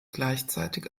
gleichzeitig